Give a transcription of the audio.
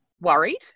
worried